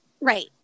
Right